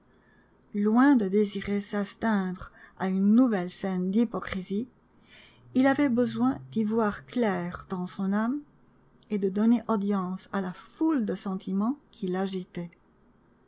loin de désirer s'astreindre à une nouvelle scène d'hypocrisie il avait besoin d'y voir clair dans son âme et de donner audience à la foule de sentiments qui l'agitaient